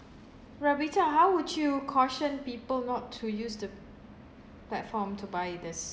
ravita how would you caution people not to use the platform to buy these